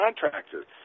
contractors